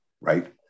right